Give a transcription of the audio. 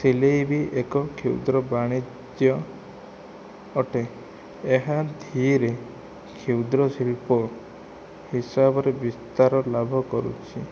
ସିଲାଇ ବି ଏକ କ୍ଷୁଦ୍ର ବାଣିଜ୍ୟ ଅଟେ ଏହା ଧିରେ କ୍ଷୁଦ୍ରଶିଳ୍ପ ହିସାବରେ ବିସ୍ତାର ଲାଭ କରୁଛି